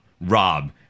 Rob